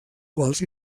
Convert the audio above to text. quals